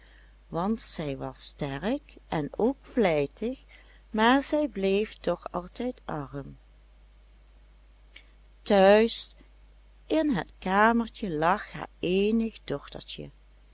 want zij was sterk en ook vlijtig maar zij bleef toch altijd arm te huis in het kamertje lag haar eenig dochtertje